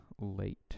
late